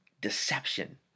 deception